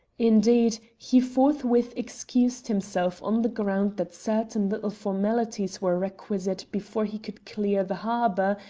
indeed, he forthwith excused himself on the ground that certain little formalities were requisite before he could clear the harbour,